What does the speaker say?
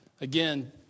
again